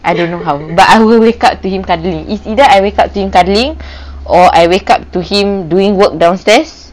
I don't know how but I will wake up to him cuddling it's either I wake to him cuddling or I wake up to him doing work downstairs